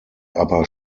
aber